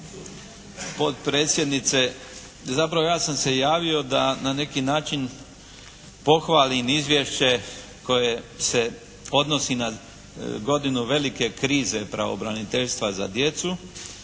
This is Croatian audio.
potpredsjednice. Zapravo ja sam se javio da na neki način pohvalim izvješće koje se odnosi na godinu velike krize Pravobraniteljstva za djecu,